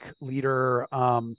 leader